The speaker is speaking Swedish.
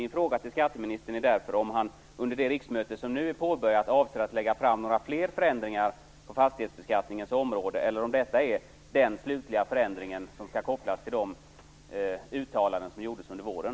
Min fråga till skatteministern är därför om han under det riksmöte som nu är påbörjat avser att lägga fram några fler förändringar på fastighetsskattens område eller om detta är den slutliga förändring som skall kopplas till de uttalanden som gjordes under våren.